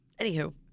Anywho